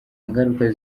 ngaruka